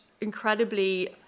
incredibly